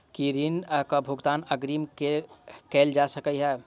की ऋण कऽ भुगतान अग्रिम मे कैल जा सकै हय?